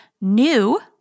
new